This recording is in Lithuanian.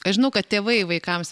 aš žinau kad tėvai vaikams